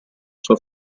sua